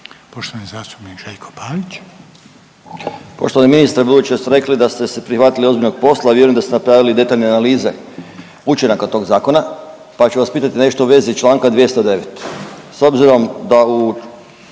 (Socijaldemokrati)** Poštovani ministre budući da ste rekli da ste se prihvatili ozbiljnog posla vjerujem da ste napravili detaljne analize učinaka tog zakona, pa ću vas pitati nešto u vezi Članka 209. S obzirom da u